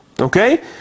Okay